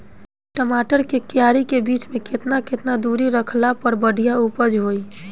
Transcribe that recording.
टमाटर के क्यारी के बीच मे केतना केतना दूरी रखला पर बढ़िया उपज होई?